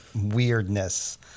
weirdness